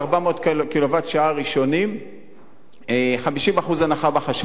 קילוואט שעה ראשונים 50% הנחה בחשמל.